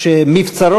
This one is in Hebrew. והעונג,